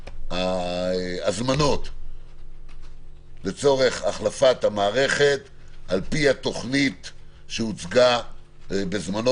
ההזמנות לצורך החלפת המערכת על פי התוכנית שהוצגה בזמנו,